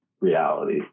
reality